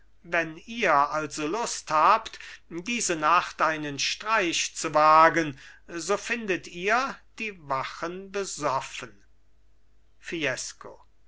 wenn ihr also lust habt diese nacht einen streich zu wagen so findet ihr die wachen besoffen fiesco